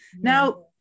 now